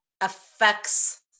affects